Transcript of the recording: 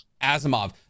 Asimov